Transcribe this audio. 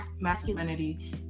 masculinity